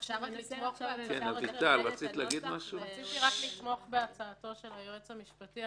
ואנחנו ננסה --- רציתי לתמוך בהצעתו של היועץ המשפטי.